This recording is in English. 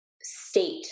state